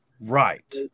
Right